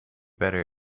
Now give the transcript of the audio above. better